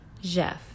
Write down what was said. Jeff